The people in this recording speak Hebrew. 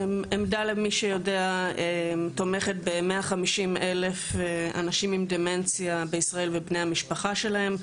עמדא תומכת ב-150 אלף אנשים עם דמנציה בישראל ובבני המשפחה שלהם,